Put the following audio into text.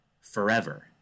forever